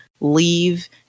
leave